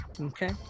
Okay